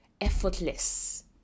effortless